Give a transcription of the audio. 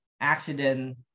accident